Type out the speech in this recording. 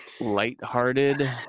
lighthearted